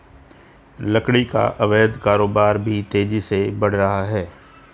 लकड़ी का अवैध कारोबार भी तेजी से बढ़ रहा है